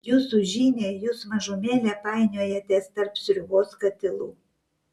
jūsų žiniai jūs mažumėlę painiojatės tarp sriubos katilų